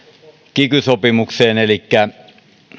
kiky sopimukseen elikkä